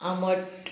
आमट